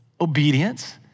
Obedience